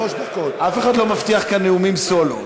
אף אחד לא מבטיח כאן נאומים סולו,